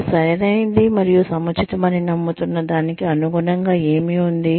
మీరు సరైనది మరియు సముచితమని నమ్ముతున్న దానికి అనుగుణంగా ఏమి ఉంది